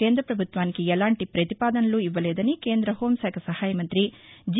కేంద్ర ప్రభుత్వానికి ఎలాంటి పతిపాదనలు ఇవ్వలేదని కేంద్ర హోంశాఖ సహాయ మంతి జి